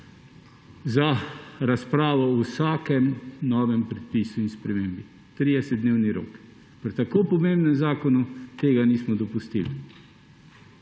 za razpravo o vsakem novem predpisu in spremembi. Pri tako pomembnem zakonu tega nismo dopustili.